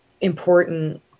important